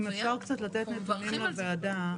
אם אפשר קצת לתת נתונים לוועדה.